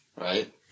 right